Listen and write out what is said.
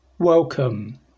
Welcome